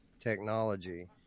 technology